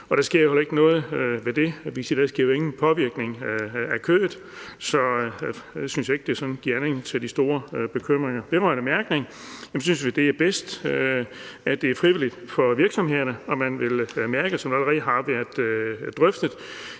der sker jo heller ikke noget ved det. Vi risikerer jo ikke nogen påvirkning af kødet, så det synes jeg ikke sådan giver anledning til de store bekymringer. Vedrørende mærkning synes vi, at det er bedst, at det er frivilligt for virksomhederne, om man vil mærke sig. Og som det allerede har været drøftet,